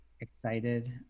excited